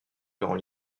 durant